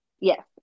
Yes